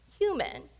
human